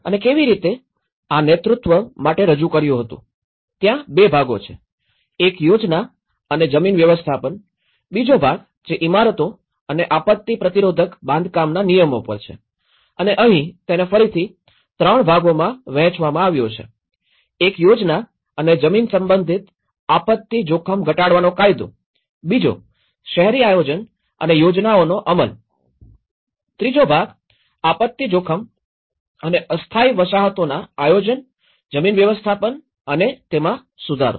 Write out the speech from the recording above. અને કેવી રીતે આ નેતૃત્વ માટે રજૂ કર્યું હતું ત્યાં ૨ ભાગો છે એક યોજના અને જમીન વ્યવસ્થાપન બીજો ભાગ જે ઇમારતો અને આપત્તિ પ્રતિરોધક બાંધકામના નિયમો પર છે અને અહીં તેને ફરીથી ૩ ભાગોમાં વહેંચવામાં આવ્યો છે એક યોજના અને જમીન સંબંધિત આપત્તિ જોખમ ઘટાડવાનો કાયદો બીજો શહેરી આયોજન અને યોજનાઓનો અમલ ત્રીજો ભાગ આપત્તિ જોખમ અને અસ્થાયી વસાહતોના આયોજન જમીન વ્યવસ્થાપન અને તેમાં સુધારો